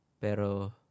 Pero